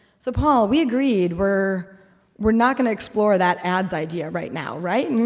so paul, we agreed, we're we're not going to explore that ads idea, right now, right? and